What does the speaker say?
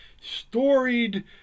storied